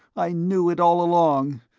i knew it all along!